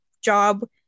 job